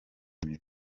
mibi